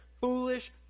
foolish